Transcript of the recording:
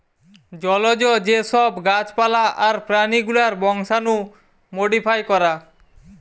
জলজ যে সব গাছ পালা আর প্রাণী গুলার বংশাণু মোডিফাই করা